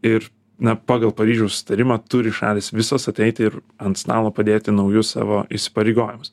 ir na pagal paryžiaus susitarimą turi šalys visos ateiti ir ant stalo padėti naujus savo įsipareigojimus